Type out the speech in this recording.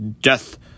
death